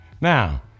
now